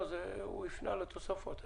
לפי התנאים